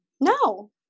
no